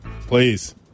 please